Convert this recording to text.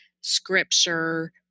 scripture